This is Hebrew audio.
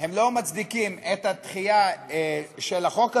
הם לא מצדיקים את הדחייה של החוק הזה,